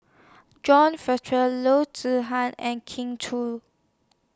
John Fraser Loo Zihan and Kin Chui